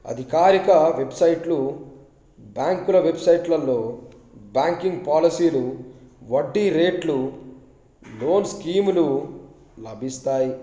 అధికారిక వెబ్సైట్లు బ్యాంకుల వెబ్సైట్లలో బ్యాంకింగ్ పాలసీలు వడ్డీ రేట్లు లోన్ స్కీములు లభిస్తాయి